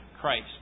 Christ